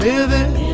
Living